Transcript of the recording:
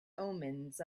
omens